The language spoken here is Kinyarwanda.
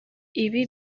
ibi